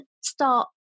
start